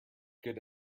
good